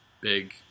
big